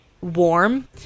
warm